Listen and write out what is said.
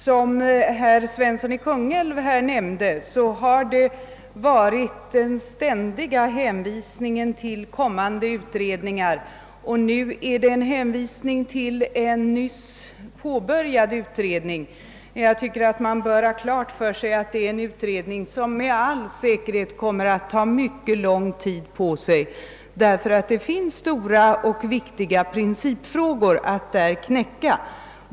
Som herr Svensson i Kungälv här nämnde har det varit en ständig hänvisning till kommande utredningar, och nu är det en hänvisning till en nyss påbörjad utredning. Jag tycker att man bör ha klart för sig att det är en utredning, som med all säkerhet kommer att ta mycket lång tid, därför att det finns stora och viktiga principfrågor att knäcka.